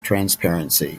transparency